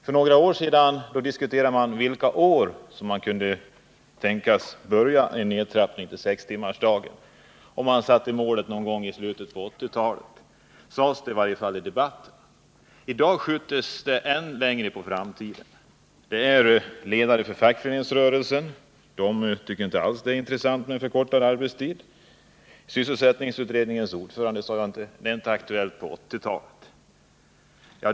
För några år sedan diskuterade man vilka år man kunde tänkas börja en 67 nedtrappning till sextimmarsdag, och man satte målet någon gång i slutet på 1980-talet — så sades det i varje fall i debatten. I dag skjuts målet ännu längre in i framtiden. Ledare för fackföreningsrörelsen tycker inte alls att det är intressant med förkortad arbetstid. Sysselsättningsutredningens ordförande sade att det inte är aktuellt på 1980-talet.